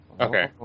Okay